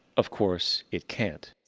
of course it can't.